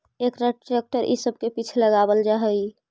एकरा ट्रेक्टर इ सब के पीछे लगावल जा हई